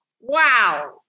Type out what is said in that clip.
wow